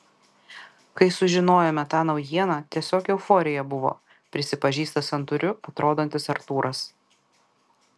kai sužinojome tą naujieną tiesiog euforija buvo prisipažįsta santūriu atrodantis artūras